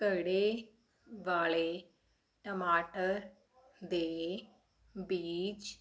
ਘੜੇ ਵਾਲੇ ਟਮਾਟਰ ਦੇ ਬੀਜ